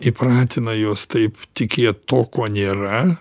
įpratina juos taip tikėt tuo kuo nėra